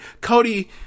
Cody